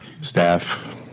staff